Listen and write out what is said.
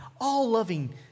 all-loving